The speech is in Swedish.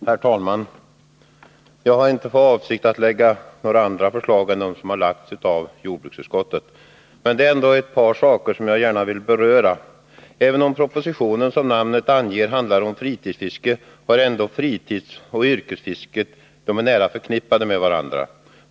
Herr talman! Jag har inte för avsikt att ställa några andra förslag än de som framlagts av jordbruksutskottet, men det är ändå ett par saker jag vill beröra. Även om propositionen, som namnet anger, handlar om fritidsfiske, är ändå fritidsoch yrkesfisket nära förknippade med varandra.